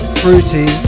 fruity